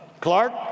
Clark